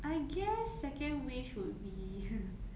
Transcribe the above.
I guess second wish would be